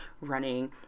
running